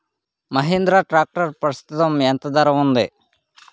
Mahindra tractor ప్రస్తుతం ఎంత ధర ఉంది?